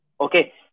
Okay